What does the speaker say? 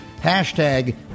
Hashtag